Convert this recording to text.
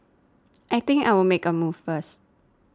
I think I'll make a move first